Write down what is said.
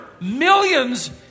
millions